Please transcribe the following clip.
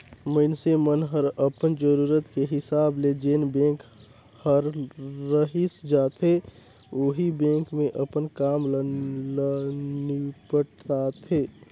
मइनसे मन हर अपन जरूरत के हिसाब ले जेन बेंक हर रइस जाथे ओही बेंक मे अपन काम ल निपटाथें